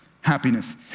happiness